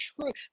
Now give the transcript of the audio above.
truth